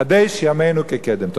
חדש ימינו כקדם".